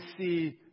see